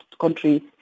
country